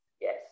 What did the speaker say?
Yes